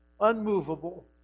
unmovable